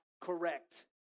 correct